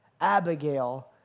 Abigail